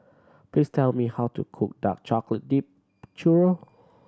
please tell me how to cook dark chocolate dipped churro